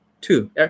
two